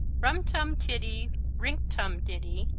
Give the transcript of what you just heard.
rum tum tiddy, rink tum ditty,